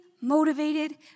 motivated